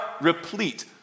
replete